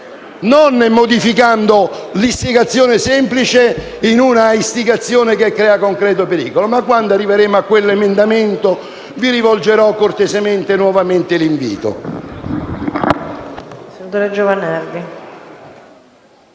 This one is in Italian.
non modificando l'istigazione semplice in un'istigazione che crea concreto pericolo? Ma, quando arriveremo a quell'emendamento, vi rivolgerò cortesemente e nuovamente l'invito.